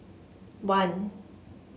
one